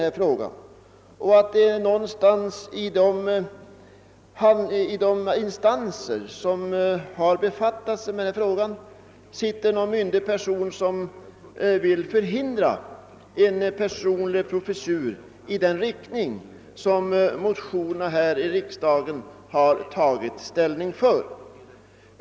Det förefaller som om det någonstans i de instanser som har befattat sig med frågan sitter någon myndig person som vill förhindra en sådan personlig professur som motionärerna här i riksdagen tagit ställning för.